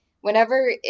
whenever